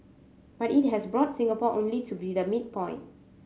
but it has brought Singapore only to be the midpoint